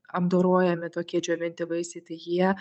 apdorojami tokie džiovinti vaisiai tai jie